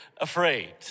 afraid